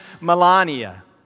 Melania